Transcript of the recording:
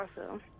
awesome